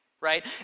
Right